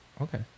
okay